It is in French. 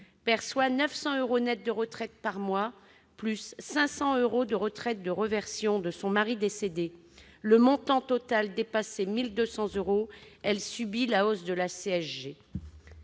perçoit 900 euros net de retraite par mois, plus 500 euros de pension de réversion de son mari décédé. Le montant total dépassant 1 200 euros, elle subit la hausse de la CSG.